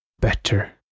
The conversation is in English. Better